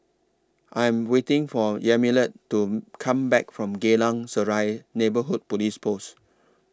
I'm waiting For Yamilet to Come Back from Geylang Serai Neighbourhood Police Post